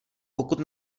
pokud